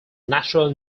natural